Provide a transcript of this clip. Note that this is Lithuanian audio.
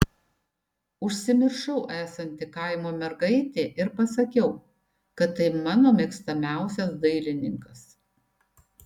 užsimiršau esanti kaimo mergaitė ir pasakiau kad tai mano mėgstamiausias dailininkas